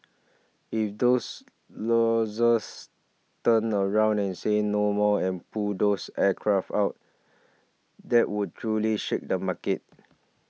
if those lessors turn around and say no more and pull those aircraft out that would truly shake the market